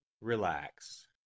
relax